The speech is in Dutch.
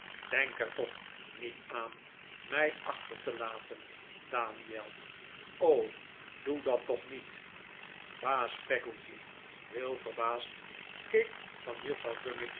denk er toch niet aan mij achter te laten daniel o doe dat toch niet baas peggotty heel verbaasd keek van juffrouw